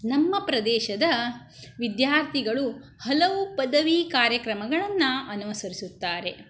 ನಮ್ಮ ಪ್ರದೇಶದ ವಿದ್ಯಾರ್ಥಿಗಳು ಹಲವು ಪದವಿ ಕಾರ್ಯಕ್ರಮಗಳನ್ನು ಅನುಸರಿಸುತ್ತಾರೆ